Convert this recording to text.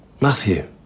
Matthew